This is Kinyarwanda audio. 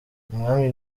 umwami